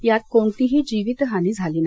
यात कोणतीही जीवितहानी झाली नाही